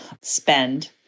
spend